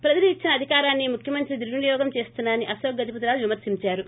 ప్రజలు ఇచ్చిన అధికారాన్ని ముఖ్యమంత్రి దుర్పినియోగం చేస్తున్నా రని అకోక్ గజపతిరాజు విమర్పించారు